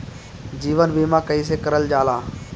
जीवन बीमा कईसे करल जाला?